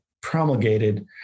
promulgated